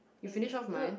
you finish off mine